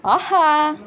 ஆஹா